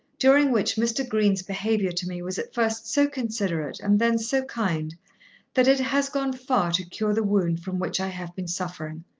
during which mr. green's behaviour to me was at first so considerate and then so kind that it has gone far to cure the wound from which i have been suffering.